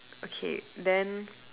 okay then